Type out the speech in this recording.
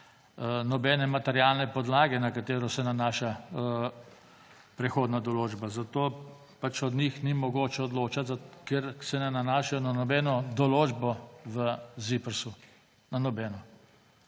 nobene materialne podlage, na katero se nanaša prehodna določba. O njih ni mogoče odločati, ker se ne nanašajo na nobeno določbo v ZIPRS. Na nobeno.